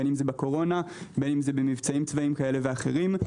בין אם זה בקורונה או במבצעים צבאיים כאלה ואחרים.